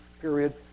period